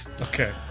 Okay